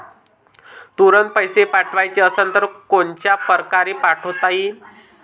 तुरंत पैसे पाठवाचे असन तर कोनच्या परकारे पाठोता येईन?